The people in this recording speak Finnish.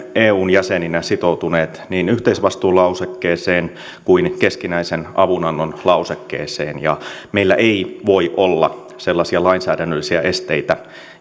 eun jäseninä sitoutuneet niin yhteisvastuulausekkeeseen kuin keskinäisen avunannon lausekkeeseen ja meillä ei voi olla sellaisia lainsäädännöllisiä esteitä